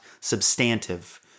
substantive